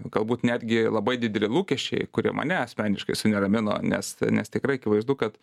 galbūt netgi labai dideli lūkesčiai kurie mane asmeniškai suneramino nes nes tikrai akivaizdu kad